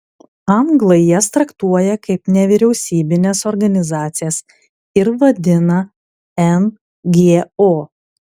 anglai jas traktuoja kaip nevyriausybines organizacijas ir vadina ngo